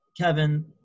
Kevin